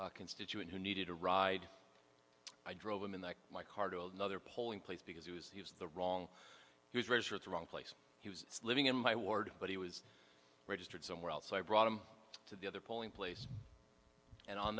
a constituent who needed a ride i drove him in that my car to another polling place because he was he was the wrong he was registered the wrong place he was living in my ward but he was registered somewhere else so i brought him to the other polling place and on